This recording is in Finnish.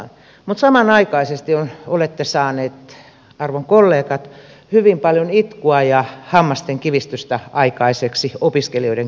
mutta samanaikaisesti olette saaneet arvon kollegat hyvin paljon itkua ja hammasten kiristystä aikaiseksi opiskelijoiden keskuudessa